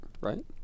right